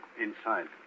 inside